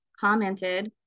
commented